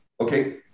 Okay